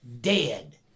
dead